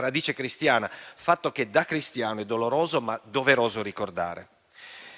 radice cristiana, fatto che da cristiano è doloroso, ma doveroso ricordare.